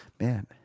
Man